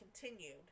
continued